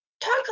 Talk